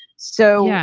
so. yeah